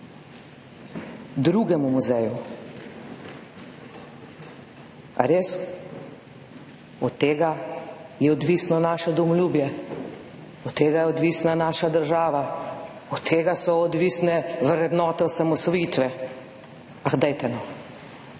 drugemu muzeju. Ali res? Od tega je odvisno naše domoljubje? Od tega je odvisna naša država? Od tega so odvisne vrednote osamosvojitve? Ah, dajte no.